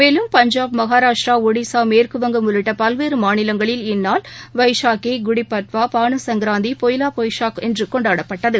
மேலும் பஞ்சாப் மகாராஷ்டிரா ஒடிஸா மேற்குவங்க உள்ளிட்டபல்வேறுமாநிலங்களில் இந்நாள் வைஷாக்கி குடிபட்வா பாண சங்ராந்தி பொய்லாபொய்ஷாக் என்றுகொண்டாடப்பட்டது